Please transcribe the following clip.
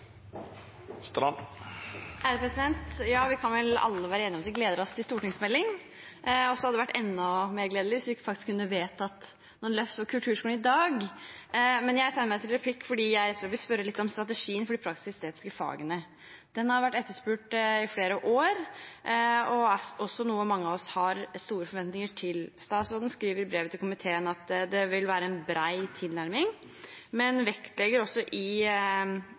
Vi kan alle være enige om at vi gleder oss til stortingsmeldingen. Det hadde vært enda mer gledelig hvis vi kunne vedtatt noen løft for kulturskolen i dag. Jeg tegnet meg til replikk fordi jeg vil spørre litt om strategien for de praktiske og estetiske fagene. Den har vært etterspurt i flere år og er noe mange av oss har store forventninger til. Statsråden skriver i brevet til komiteen at det vil være en bred tilnærming, men vektlegger også i